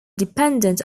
dependent